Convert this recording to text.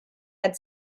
had